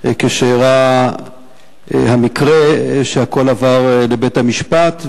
כשאירע המקרה והכול עבר לבית-המשפט.